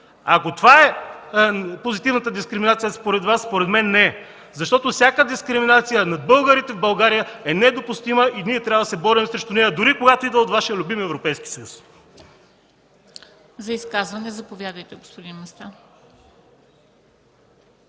Ако това е позитивната дискриминация според Вас, според мен не е, защото всяка дискриминация на българите в България е недопустима и ние трябва да се борим срещу нея, дори когато идва от Вашия любим Европейски съюз. ПРЕДСЕДАТЕЛ МЕНДА СТОЯНОВА: Господин Местан,